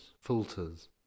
Filters